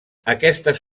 aquestes